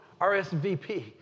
RSVP